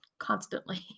constantly